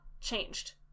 changed